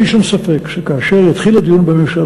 אין לי שום ספק שכאשר יתחיל הדיון בממשלה